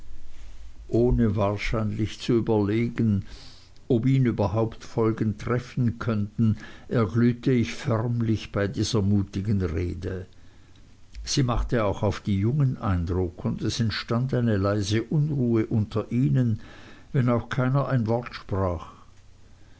ohne wahrscheinlich zu überlegen ob ihn überhaupt folgen treffen könnten erglühte ich förmlich bei dieser mutigen rede sie machte auch auf die jungen eindruck und es entstand eine leise unruhe unter ihnen wenn auch keiner ein wort sprach